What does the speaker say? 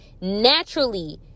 Naturally